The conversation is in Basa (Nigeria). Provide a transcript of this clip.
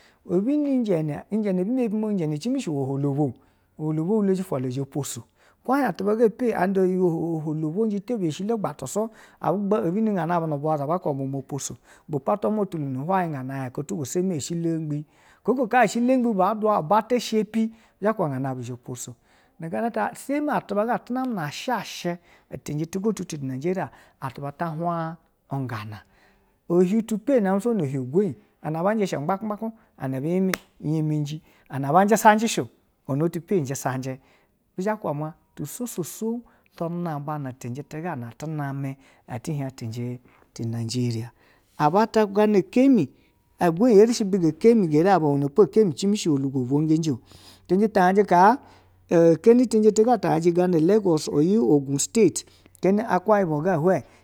Ebini ijene bi memaa igene cime shi ohowboo oholoho hule ta zhe fusho, ko i hien atuba eoe anda voo eshilo gbatu su ebine ngana bubu uza bateu mamo tosho ibepo atwa mua otulo hwai ngana tugo seyi eshilo gbe oho hea eshilo gbe bata shepi bi zhe tuba nganabu zhe tuso semi, atuba gatuna na asha shɛ anje tutu najeriya atuba ta hwa ngana ahie tu pepa, sou ni ihiu egoyi ana ba nje eshe lepaku kpaku anamba yemeji ana aba ji sanje sho anuto pejesanje, bisha kuba ma tisosu nnamba na cinje tiga atu name ati hie ticije ti najeriya, abata gana zekmi egoyi eshi abiga kemi geri abao wenepo kemi cimi shi oholobo hulejeo cinjɛ gana legos oyo, ogun state heen akwa ibom ga hive.